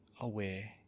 aware